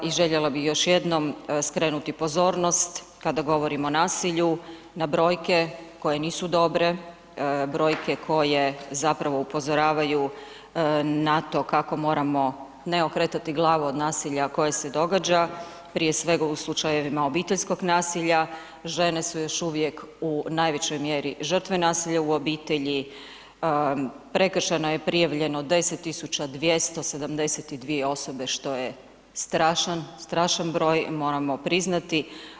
I željela bih još jednom skrenuti pozornost kada govorimo o nasilju na brojke koje nisu dobre, brojke koje zapravo upozoravaju na to kako moramo ne okretati glavu od nasilja koje se događa prije svega u slučajevima obiteljskog nasilja, žene su još uvijek u najvećoj mjeri žrtve nasilja u obitelji, prekršeno je i prijavljeno 10272 osobe što je strašan broj, moramo priznati.